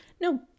no